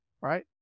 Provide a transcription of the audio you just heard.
right